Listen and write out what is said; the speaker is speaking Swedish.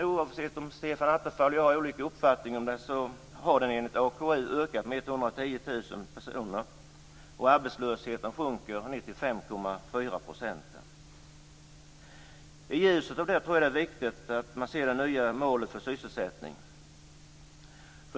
Oavsett om Stefan Attefall och jag har olika uppfattning, har sysselsättningen ökat med 110 000 personer enligt AKU. Arbetslösheten sjunker ned till I ljuset av detta är det också viktigt att se det nya målet för sysselsättning.